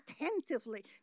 attentively